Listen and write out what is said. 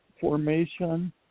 formation